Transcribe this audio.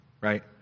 right